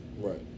Right